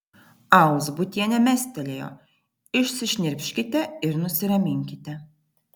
alzbutienė mestelėjo išsišnirpškite ir nusiraminkite